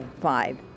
Five